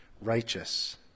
righteous